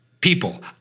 people